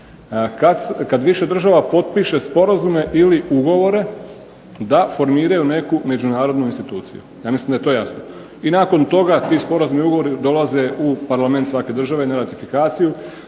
kad više država potpiše sporazume ili ugovore da formiraju neku međunarodnu instituciju. Ja mislim da je to jasno. I nakon toga ti sporazumni ugovori dolaze u parlament svake države na ratifikaciju,